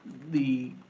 the,